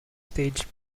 stage